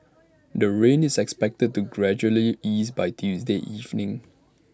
the rain is expected to gradually ease by Tuesday evening